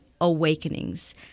awakenings